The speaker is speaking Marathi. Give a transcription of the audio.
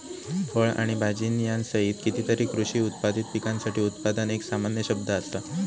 फळ आणि भाजीयांसहित कितीतरी कृषी उत्पादित पिकांसाठी उत्पादन एक सामान्य शब्द असा